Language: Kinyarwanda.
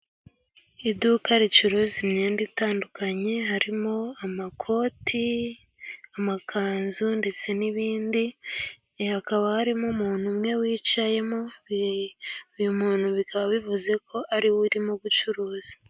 Iduka ricuruza imyenda itandukanye harimo amakoti, amakanzu, ndetse n'ibindi hakaba harimo umuntu umwe wicayemo, uyu muntu bikaba bivuzeko ariwe urimo gucuruza.